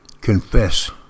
Confess